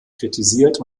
kritisiert